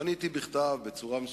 פניתי בכתב, בצורה מסודרת,